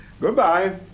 Goodbye